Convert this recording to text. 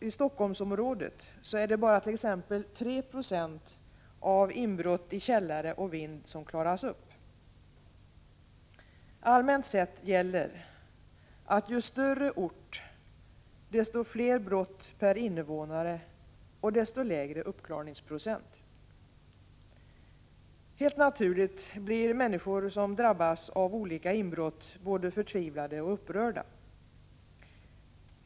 I Helsingforssområdet är det t.ex. bara 3 90 av inbrott i källare och vind som klaras upp. Allmänt sett gäller att ju större ort desto fler brott per invånare och desto lägre uppklaringsprocent. Helt naturligt blir människor som drabbas av olika inbrott både förtvivlade och upprörda.